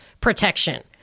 protection